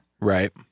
Right